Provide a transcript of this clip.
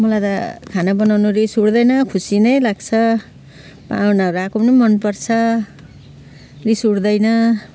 मलाई त खाना बनाउन रिस उठ्दैन खुसी नै लाग्छ पाहुनाहरू आएको पनि मन पर्छ रिस उठ्दैन